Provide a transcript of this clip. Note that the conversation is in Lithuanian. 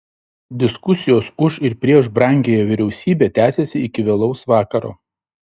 diskusijos už ir prieš brangiąją vyriausybę tęsėsi iki vėlaus vakaro